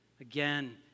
again